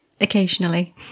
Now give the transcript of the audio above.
occasionally